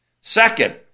Second